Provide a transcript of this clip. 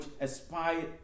aspired